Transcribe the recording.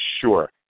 Sure